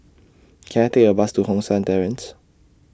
Can I Take A Bus to Hong San Terrace